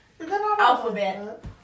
Alphabet